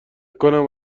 کنم